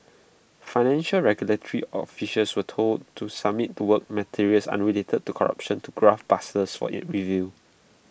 financial regulatory officials were being told to submit the work materials unrelated to corruption to graft busters for in review